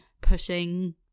pushing